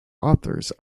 authors